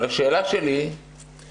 השאלה שלי היא